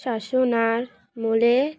শাসনের আমলে